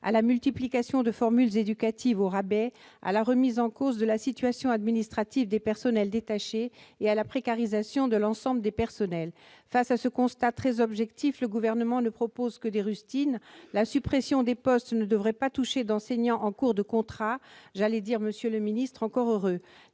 à la multiplication de formules éducatives au rabais, à la remise en cause de la situation administrative des personnels détachés et à la précarisation de l'ensemble des personnels. En réponse à ce constat très objectif, le Gouvernement ne propose que des rustines. La suppression des postes ne devrait pas toucher d'enseignants en cours de contrat : encore heureux, monsieur le ministre ! La